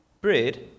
bread